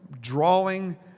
drawing